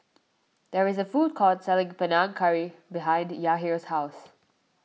there is a food court selling Panang Curry behind Yahir's house